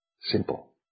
simple